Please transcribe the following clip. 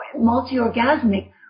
multi-orgasmic